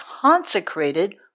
consecrated